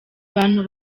bantu